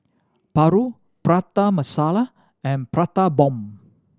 paru Prata Masala and Prata Bomb